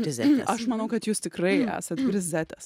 grizetė aš manau kad jūs tikrai esat grizetės